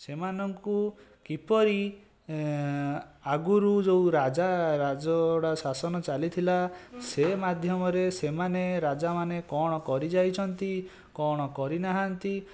ସେମାନଙ୍କୁ କିପରି ଆଗରୁ ଯେଉଁ ରାଜା ରାଜଡ଼ା ଶାସନ ଚାଲିଥିଲା ସେ ମାଧ୍ୟମରେ ସେମାନେ ରାଜାମାନେ କଣ କରିଯାଇଛନ୍ତି କଣ କରିନାହାନ୍ତି